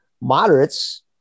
moderates